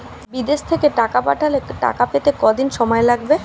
বিদেশ থেকে টাকা পাঠালে টাকা পেতে কদিন সময় লাগবে?